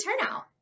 turnout